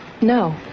No